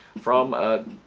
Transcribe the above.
from a